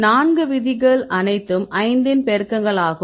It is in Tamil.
நான்கு விதிகள் அனைத்தும் 5 இன் பெருக்கங்களாகும்